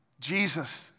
Jesus